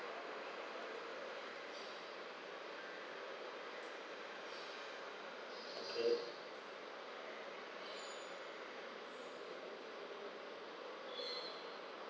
okay